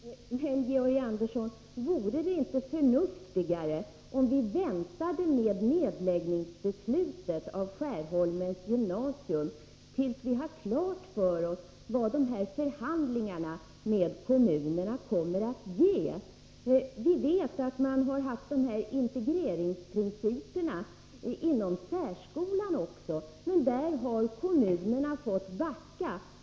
Herr talman! Men, Georg Andersson, vore det inte förnuftigare om vi väntade med nedläggningsbeslutet i fråga om Skärholmens gymnasium tills vi har klart för oss vad förhandlingarna med kommunerna kommer att ge? Vi vet att integreringsprinciperna har funnits inom särskolan också, men där har kommunerna fått backa.